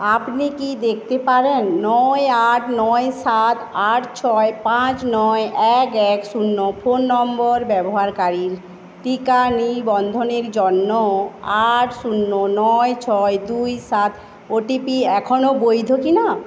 আপনি কি দেখতে পারেন নয় আট নয় সাত আট ছয় পাঁচ নয় এক এক শূন্য ফোন নম্বর ব্যবহারকারীর টিকা নিবন্ধনের জন্য আট শূন্য নয় ছয় দুই সাত ওটিপি এখনও বৈধ কি না